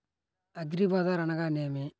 అగ్రిబజార్ అనగా నేమి?